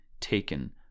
taken